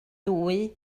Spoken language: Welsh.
dwy